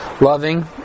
loving